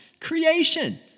creation